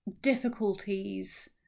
difficulties